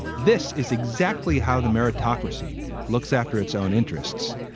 this is exactly how the meritocracy looks after its own interests